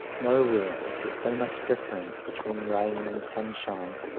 nowhere is there so much difference between rain and sunshine,